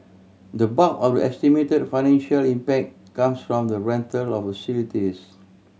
the bulk of the estimated financial impact comes from the rental of facilities